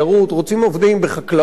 רוצים עובדים בחקלאות,